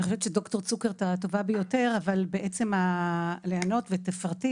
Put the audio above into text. אני חושבת שד"ר צוקרט הטובה ביותר לענות ולפרט.